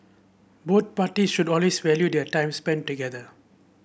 both parties should always value their time spent together